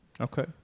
Okay